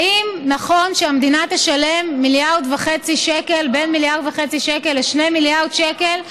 האם נכון שהמדינה תשלם בין 1.5 מיליארד שקל ל-2 מיליארד שקל?